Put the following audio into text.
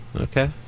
Okay